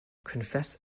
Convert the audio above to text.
confess